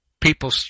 people